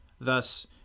Thus